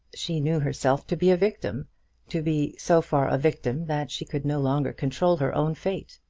she knew herself to be a victim to be so far a victim that she could no longer control her own fate.